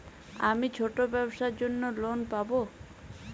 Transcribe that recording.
আমি ছোট ব্যবসার জন্য লোন পাব?